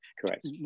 Correct